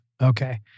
Okay